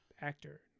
Actor